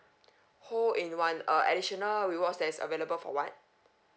hole in one uh additional rewards that is available for [what]